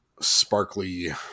sparkly